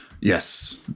Yes